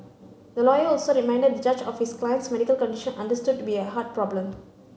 the lawyer also reminded the judge of his client's medical condition understood to be a heart problem